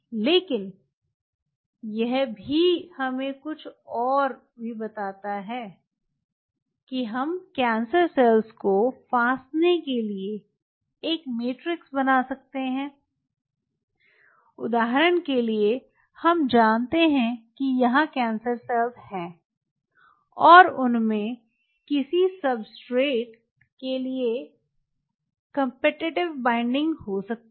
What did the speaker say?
लेकिन यह भी हमें कुछ और भी बताता है कि हम कैंसर सेल्स को फँसाने के लिए एक मैट्रिक्स बना सकते हैं उदाहरण के लिए हम जानते हैं कि यहाँ कैंसर सेल्स हैं और उनमे किसी सब्सट्रेट के लिए कॉम्पिटिटिव बॉन्डिंग हो सकती है